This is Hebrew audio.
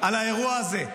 על האירוע הזה,